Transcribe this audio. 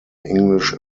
english